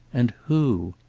and who?